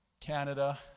Canada